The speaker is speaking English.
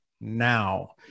now